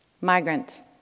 migrant